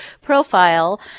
profile